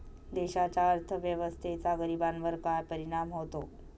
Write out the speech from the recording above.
देशाच्या अर्थव्यवस्थेचा गरीबांवर काय परिणाम होतो